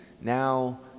now